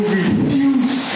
refuse